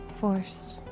forced